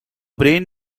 brain